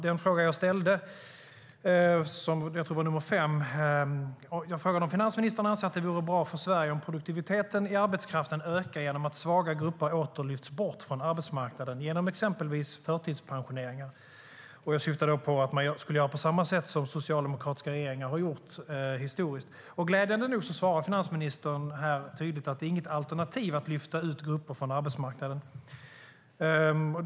Den fråga jag ställde, som jag tror var nr 5, var: Anser finansministern anser att det vore bra för Sverige om produktiviteten i arbetskraften ökar genom att svaga grupper åter lyfts bort från arbetsmarknaden genom exempelvis förtidspensioneringar? Jag syftade då på att man skulle göra på samma sätt som socialdemokratiska regeringar har gjort historiskt. Glädjande nog svarar finansministern här tydligt att det inte är något alternativ att lyfta ut grupper från arbetsmarknaden.